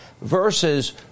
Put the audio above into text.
versus